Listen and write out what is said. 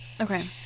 Okay